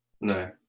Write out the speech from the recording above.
no